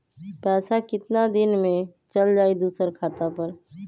पैसा कितना दिन में चल जाई दुसर खाता पर?